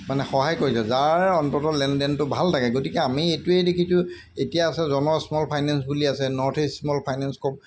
মানে সহায় কৰিছে যাৰ অন্ততঃ লেনদেনটো ভাল থাকে গতিকে আমি এইটোৱেই দেখিছোঁ এতিয়া আছে জন স্মল ফাইনেন্স বুলি আছে north east small finance COP